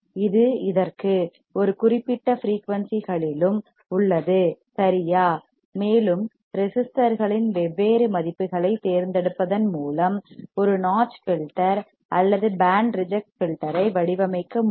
இது இதற்கு ஒரு குறிப்பிட்ட ஃபிரீயூன்சிகளிலும் உள்ளது சரியா மேலும் ரெசிஸ்டர்களின் வெவ்வேறு மதிப்புகளைத் தேர்ந்தெடுப்பதன் மூலம் ஒரு நாட்ச் ஃபில்டர் அல்லது பேண்ட் ரிஜெக்ட் ஃபில்டர் ஐ வடிவமைக்க முடியும்